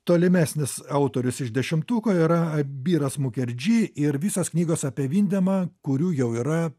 tolimesnis autorius iš dešimtuko yra abiras mugerdži ir visos knygos apie vindemą kurių jau yra